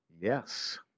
Yes